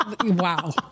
wow